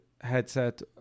headset